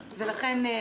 למשל,